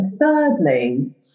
thirdly